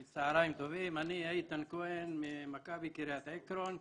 צהריים טובים, אני איתן כהן ממכבי קרית עקרון.